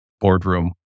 boardroom